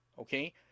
okay